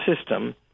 system